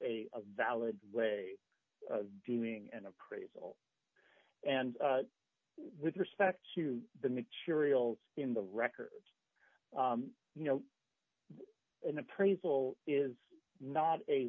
a valid way of doing an appraisal and with respect to the materials in the records you know an appraisal is not a